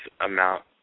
amount